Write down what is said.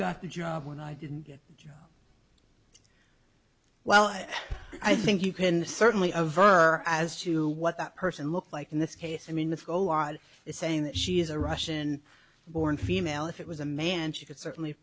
got the job when i didn't get a job well i think you can certainly overt as to what that person looks like in this case i mean the odd is saying that she is a russian born female if it was a man she could certainly